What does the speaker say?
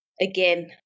Again